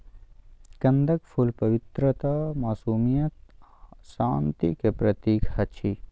कंदक फुल पवित्रता, मासूमियत आ शांतिक प्रतीक अछि